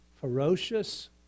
ferocious